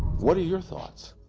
what are your thoughts?